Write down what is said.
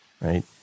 right